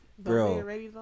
Bro